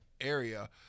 area